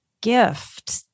gift